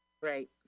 Right